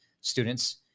students